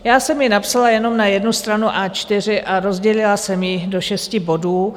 Já jsem ji napsala jenom na jednu stranu A4 a rozdělila jsem ji do šesti bodů.